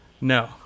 No